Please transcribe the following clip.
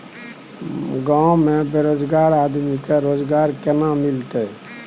गांव में बेरोजगार आदमी के रोजगार केना मिलते?